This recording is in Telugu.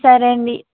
సరే అండి